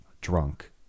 drunk